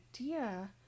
idea